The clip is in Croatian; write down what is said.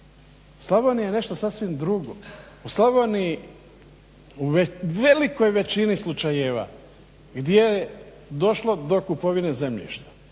Slavonija je nešto sasvim drugo. U Slavoniji u velikoj većini slučajeva gdje je došlo do kupovine zemljišta.